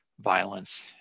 violence